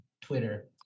Twitter